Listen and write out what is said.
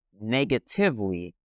negatively